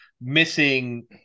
missing –